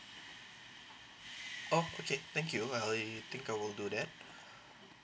oh okay thank you uh I think I will do that